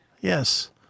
Yes